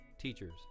teachers